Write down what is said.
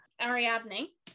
ariadne